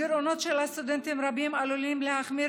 הגירעונות של סטודנטים רבים עלולים להחמיר